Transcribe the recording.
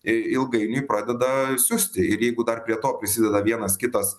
ilgainiui pradeda siusti ir jeigu dar prie to prisideda vienas kitas